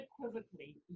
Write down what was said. unequivocally